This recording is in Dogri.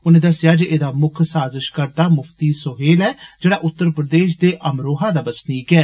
उनें दस्सेआ जे एह्दा मुक्ख साजिषकर्ता मुफ्ती सोहेल ऐ जेड़ा उत्तर प्रदेष दे अमरोहा दा बसनीक ऐ